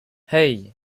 hey